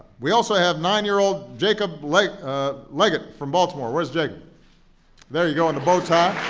we also have nine-year-old jacob like ah leggette from baltimore. where is jacob? there you go, in the but